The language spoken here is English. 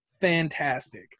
fantastic